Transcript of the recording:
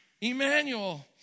Emmanuel